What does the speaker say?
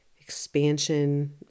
expansion